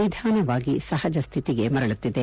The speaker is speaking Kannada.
ನಿಧಾನವಾಗಿ ಸಹಜಸ್ಥಿತಿಗೆ ಬರುತ್ತಿದೆ